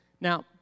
Now